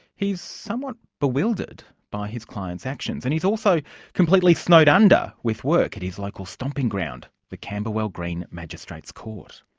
he's somewhat bewildered by his clients' actions, and he's also completely snowed under with work at his local stomping ground, the camberwell green magistrates' court.